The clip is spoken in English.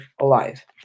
alive